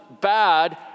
bad